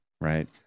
right